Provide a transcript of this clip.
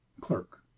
clerk